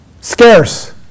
scarce